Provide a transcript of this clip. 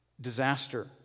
disaster